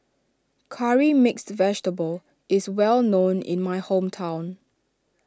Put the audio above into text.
Curry Mixed Vegetable is well known in my hometown